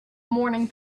morning